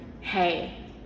Hey